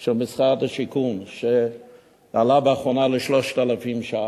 של משרד השיכון, שעלה באחרונה ל-3,000 ש"ח?